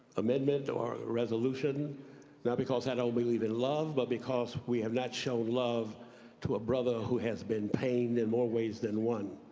amendments or resolution not because i don't believe in love love, but because we have not shown love to a brother who has been pained in more ways than one.